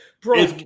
bro